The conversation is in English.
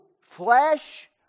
flesh